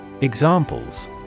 Examples